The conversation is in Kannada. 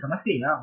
ಅದು ಸಮಸ್ಯೆಯಾ